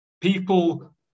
people